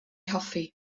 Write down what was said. hoffi